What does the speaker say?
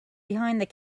behind